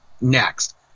next